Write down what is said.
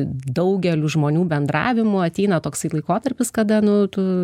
daugeliu žmonių bendravimu ateina toks laikotarpis kada nu tu